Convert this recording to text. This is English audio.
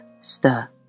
stir